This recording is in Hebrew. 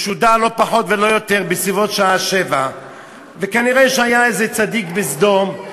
משודר לא פחות ולא יותר בסביבות השעה 19:00. כנראה היה איזה צדיק בסדום,